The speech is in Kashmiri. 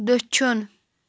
دٔچھُن